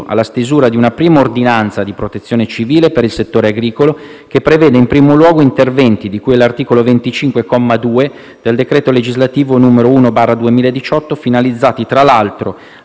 che prevede in primo luogo interventi di cui all'articolo 25, comma 2 del decreto legislativo n. 1 del 2018 finalizzati, tra l'altro, a fornire i primi soccorsi al sostegno delle imprese danneggiate dall'evento,